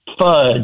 fudge